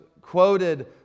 quoted